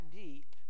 deep